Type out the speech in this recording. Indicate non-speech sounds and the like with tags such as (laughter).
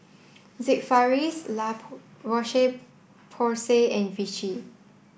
Sigvaris La (unintelligible) Roche Porsay and Vichy